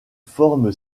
forme